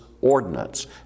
ordinance